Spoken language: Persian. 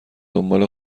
دنبال